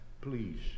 Please